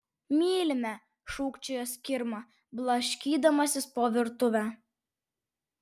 mylime šūkčiojo skirma blaškydamasis po virtuvę